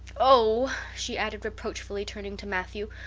oh, she added reproachfully, turning to matthew,